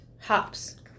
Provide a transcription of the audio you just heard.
Hops